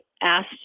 asked